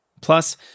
Plus